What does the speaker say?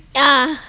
ya